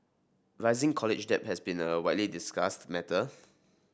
rising college debt has been a widely discussed matter